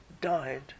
died